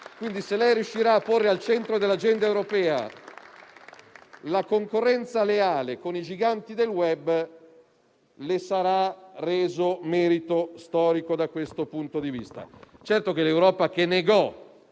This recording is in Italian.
quindi, riuscirà a porre al centro dell'agenda europea la concorrenza leale con i giganti del *web*, le sarà reso merito storico, da questo punto di vista. Certo, signor Presidente,